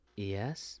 Yes